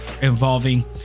involving